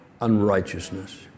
unrighteousness